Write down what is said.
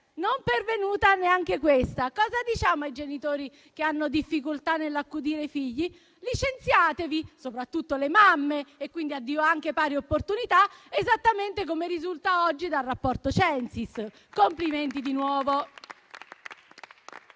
Non pervenuta neanche questa! Cosa diciamo ai genitori che hanno difficoltà nell'accudire i figli? Licenziatevi, soprattutto le mamme, e quindi addio anche pari opportunità, esattamente come risulta oggi dal rapporto Censis. Complimenti di nuovo!